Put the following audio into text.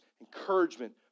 encouragement